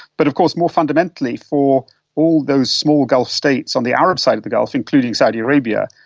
but of course more fundamentally for all those small gulf states on the arab side of the gulf, including saudi arabia,